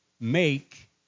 make